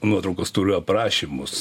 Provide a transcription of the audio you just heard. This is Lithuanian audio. ir nuotraukos turi aprašymus